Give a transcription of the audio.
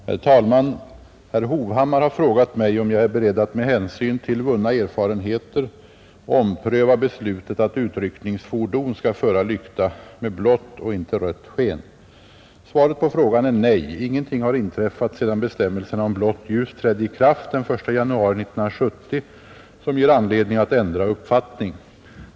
Herr talman! Herr Hovhammar har frågat mig, om jag är beredd att med hänsyn till vunna erfarenheter ompröva beslutet att utryckningsfordon skall föra lykta med blått och inte rött sken. Svaret på frågan är nej. Ingenting har inträffat sedan bestämmelserna om blått ljus trädde i kraft den 1 januari 1970 som ger anledning att ändra uppfattning.